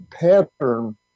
pattern